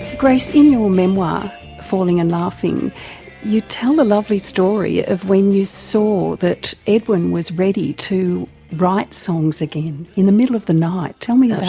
grace, in your memoir falling and laughing you tell a lovely story of when you saw that edwyn was ready to write songs again, in the middle of the night. tell me